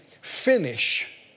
finish